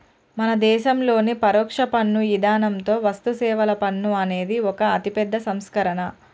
మన దేసంలోని పరొక్ష పన్ను ఇధానంతో వస్తుసేవల పన్ను అనేది ఒక అతిపెద్ద సంస్కరణ